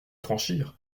franchir